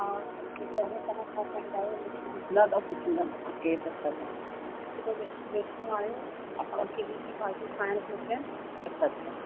न त पुछंदा केर आहे छा वैष्नो आहियो असांखे ही ही भाॼियूं खाइण घुरिजनि अच्छा अच्छा